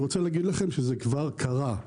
אני רוצה להגיד לכם שזה כבר קרה.